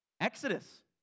Exodus